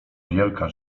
wielka